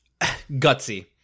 Gutsy